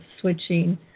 switching